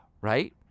Right